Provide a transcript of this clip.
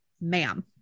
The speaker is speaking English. ma'am